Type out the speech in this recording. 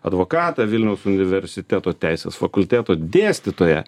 advokatą vilniaus universiteto teisės fakulteto dėstytoją